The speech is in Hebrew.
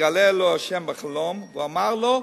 נתגלה לו ה' בחלום, והוא אמר לו: